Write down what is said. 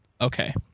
Okay